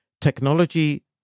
technology